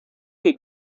que